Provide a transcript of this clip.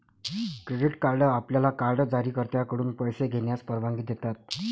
credit card आपल्याला card जारीकर्त्याकडून पैसे घेण्यास परवानगी देतात